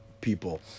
people